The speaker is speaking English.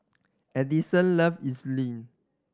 Edison loves Idili